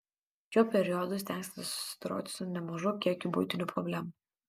šiuo periodu stengsitės susidoroti su nemažu kiekiu buitinių problemų